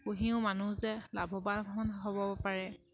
পুহিও মানুহ যে লাভৱান হ'ব পাৰে